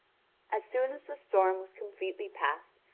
as soon as the storm was completely past,